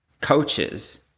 coaches